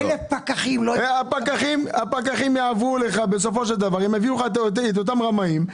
הפקחים יביאו לך את אותם רמאים,